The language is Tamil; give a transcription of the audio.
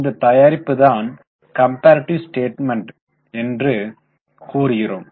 இந்த தயாரிப்புதான் கம்பாரிட்டிவ் ஸ்டேட்மென்ட் என்று கூறுகிறோம்